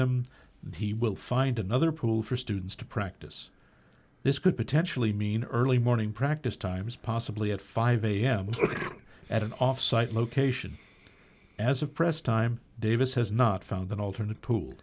that he will find another pool for students to practice this could potentially mean early morning practice times possibly at five am at an off site location as of press time davis has not found an alternate pool